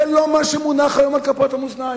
זה לא מה שמונח היום על כפות המאזניים.